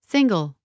Single